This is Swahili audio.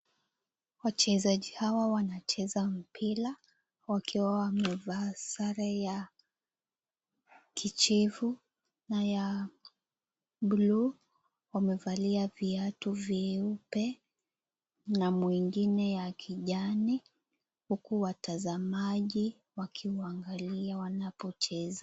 Wachezaji hawa wanacheza mpita wakiwa wamevaa sare ya kijivu na ya buluu, wamevalia viatu vyeupe na mwengine ya kijani huku watazamaji wakiwaangalia wanapocheza.